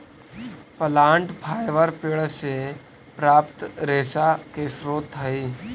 plant fibre पेड़ से प्राप्त रेशा के स्रोत हई